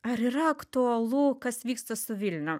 ar yra aktualu kas vyksta su vilnium